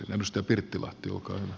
edustaja pirttilahti olkaa hyvä